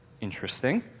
interesting